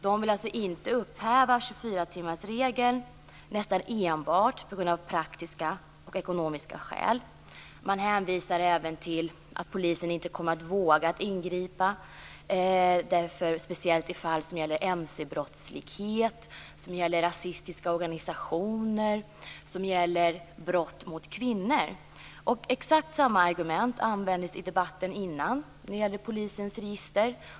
De vill alltså inte upphäva 24-timmarsregeln nästan enbart på grund av praktiska och ekonomiska skäl. Man hänvisar även till att polisen inte kommer att våga ingripa, speciellt i fall som gäller mc-brottslighet, rasistiska organisationer och brott mot kvinnor. Exakt samma argument användes i debatten tidigare när det gällde polisens register.